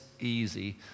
easy